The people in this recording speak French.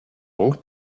donc